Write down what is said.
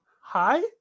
Hi